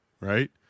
right